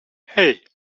hey